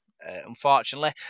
unfortunately